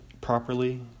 properly